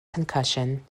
concussion